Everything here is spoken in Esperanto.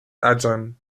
aĝon